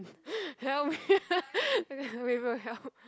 help are you able to help